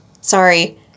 Sorry